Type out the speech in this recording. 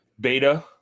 Beta